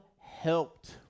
helped